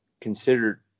considered